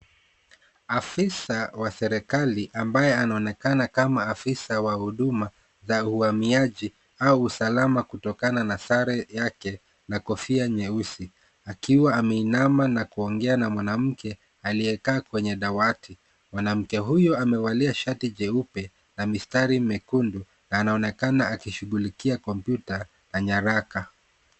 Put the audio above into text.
Afisa wa serikali ambaye anaonekana kama afisa wa huduma ya uhamiaji au usalama kutokana na sare yake na kofia nyeusi akiwa ameinama na kuongea na mwanamke aliyekaa kwenye dawati. Mwanamke huyo amevalia shati jeupe na mistari mekundu na anonekana akishughulikia kompyuta na nyaraka.